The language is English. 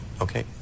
Okay